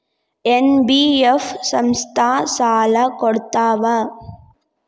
NBF ಸಂಸ್ಥಾ ಸಾಲಾ ಕೊಡ್ತಾವಾ?